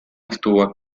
estuvo